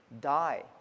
die